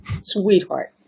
Sweetheart